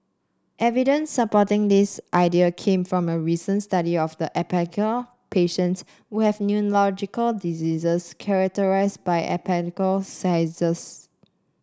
evidence supporting this idea came from a recent study of epileptic patients who have neurological diseases characterised by epileptic seizures